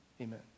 amen